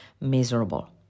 miserable